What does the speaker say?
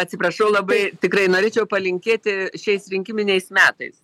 atsiprašau labai tikrai norėčiau palinkėti šiais rinkiminiais metais